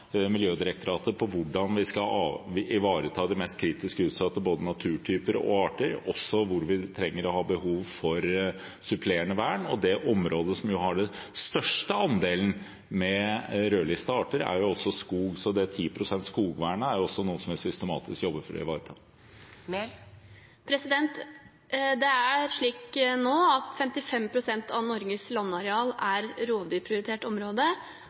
Miljødirektoratet om hvordan vi skal ivareta de mest kritisk utsatte naturtypene og artene, også hvor vi har behov for supplerende vern. Det området som jo har den største andelen med rødlistede arter, er jo skog, så 10 pst. skogvern er noe vi jobber systematisk for å ivareta. Det er nå slik at 55 pst. av Norges landareal er rovdyrprioritert område,